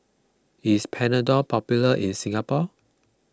is Panadol popular in Singapore